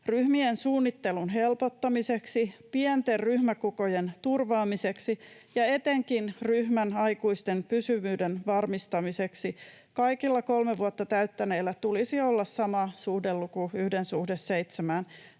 Ryhmien suunnittelun helpottamiseksi, pienten ryhmäkokojen turvaamiseksi ja etenkin ryhmän aikuisten pysyvyyden varmistamiseksi kaikilla kolme vuotta täyttäneillä tulisi olla sama suhdeluku, 1:7, riippumatta